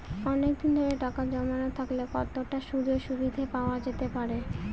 অনেকদিন ধরে টাকা জমানো থাকলে কতটা সুদের সুবিধে পাওয়া যেতে পারে?